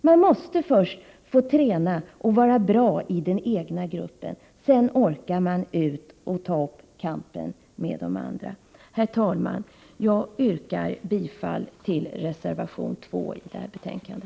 Man måste först få träna och vara bra i den egna gruppen. Sedan orkar man ut och ta kampen med de andra. Herr talman! Jag yrkar bifall till reservation 2 till detta betänkande.